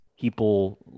people